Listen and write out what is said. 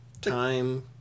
time